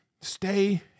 Stay